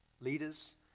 leaders